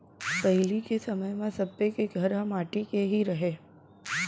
पहिली के समय म सब्बे के घर ह माटी के ही रहय